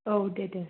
औ दे दे